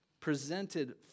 presented